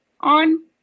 on